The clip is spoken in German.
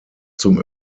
zum